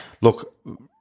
Look